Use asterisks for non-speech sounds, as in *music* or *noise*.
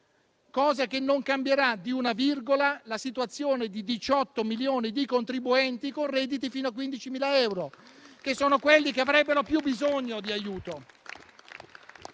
cosa che non cambierà di una virgola la situazione di 18 milioni di contribuenti con redditi fino a 15.000 euro, *applause* che sono quelli che avrebbero più bisogno di aiuto,